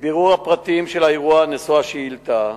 1 2. מבירור הפרטים של האירוע נשוא השאילתא,